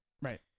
Right